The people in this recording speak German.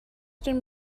den